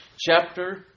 chapter